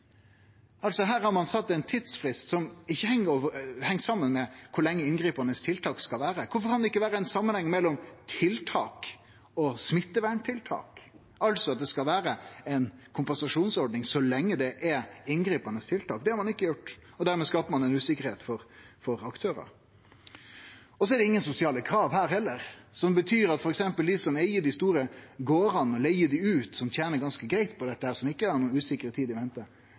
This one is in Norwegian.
Her har ein altså sett ein tidsfrist som ikkje heng saman med kor lenge dei inngripande tiltaka skal vare. Kvifor kan det ikkje vere ein samanheng mellom tiltak og smitteverntiltak, altså at det skal vere ei kompensasjonsordning så lenge det er inngripande tiltak? Det er det ikkje, og dermed skaper ein usikkerheit for aktørane. Det er heller ingen sosiale krav her. Det betyr at f.eks. dei som eig dei store gardane, leiger dei ut og tener ganske greitt på dette og ikkje har noko usikker tid